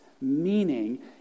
meaning